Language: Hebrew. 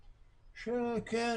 "כן,